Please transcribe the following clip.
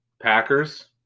Packers